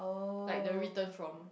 like the written form